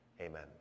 Amen